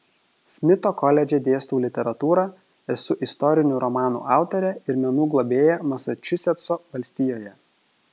smito koledže dėstau literatūrą esu istorinių romanų autorė ir menų globėja masačusetso valstijoje